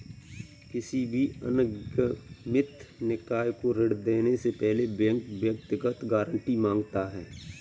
किसी भी अनिगमित निकाय को ऋण देने से पहले बैंक व्यक्तिगत गारंटी माँगता है